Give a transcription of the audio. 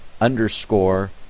underscore